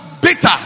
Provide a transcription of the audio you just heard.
bitter